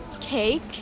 cake